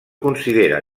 considera